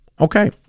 Okay